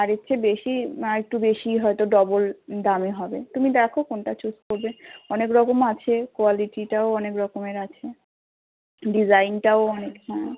আর এর চেয়ে বেশি আর একটু বেশিই হয়তো ডবল দামে হবে তুমি দেখো কোনটা চুস করবে অনেক রকম আছে কোয়ালিটিটাও অনেক রকমের আছে ডিসাইনটাও অনেক হ্যাঁ